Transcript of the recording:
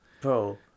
Bro